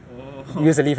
orh